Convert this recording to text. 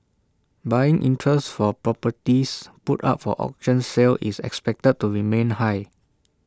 buying interest for properties put up for auction sale is expected to remain high